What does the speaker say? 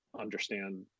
understand